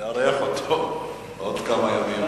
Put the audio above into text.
לארח אותו עוד כמה ימים.